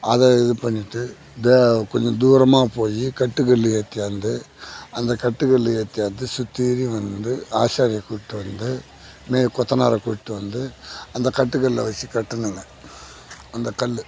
அது இது பண்ணிட்டு இதை கொஞ்சம் தூரமாக போய் கட்டு கல் ஏற்றியாந்து அந்த கட்டு கல் ஏற்றியாந்து சுத்தீரியும் வந்து ஆசாரியை கூப்பிட்டு வந்து மே கொத்தனாரி கூட்டி வந்து அந்த கட்டுக்கல்லை வச்சு கட்டணுங்க அந்த கல்